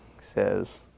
says